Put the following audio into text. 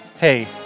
Hey